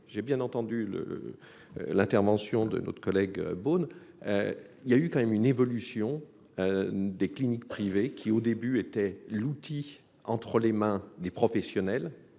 j'ai bien entendu le l'intervention de notre collègue bonne il y a eu quand même une évolution des cliniques privées, qui au début était l'outil entre les mains des professionnels